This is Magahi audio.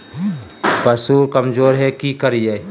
पशु कमज़ोर है कि करिये?